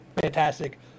fantastic